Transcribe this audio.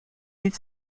niet